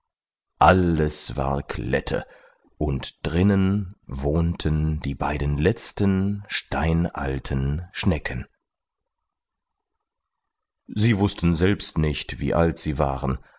alles war klette und drinnen wohnten die beiden letzten steinalten schnecken sie wußten selbst nicht wie alt sie waren